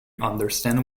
understand